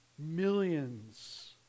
Millions